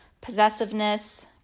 possessiveness